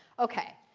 ok.